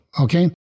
Okay